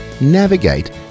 navigate